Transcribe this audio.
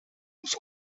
was